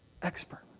expert